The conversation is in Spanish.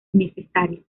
necesario